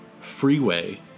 Freeway